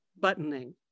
buttoning